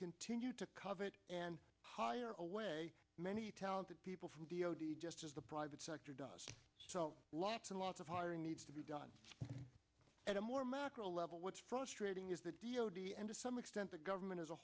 continue to covet and hire away many talented people from d o d just as the private sector does so lots and lots of hiring needs to be done at a more macro level what's frustrating is the d o d and to some extent the government as a